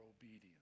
obedience